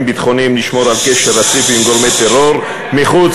ביטחוניים לשמור על קשר רציף עם גורמי טרור מחוץ,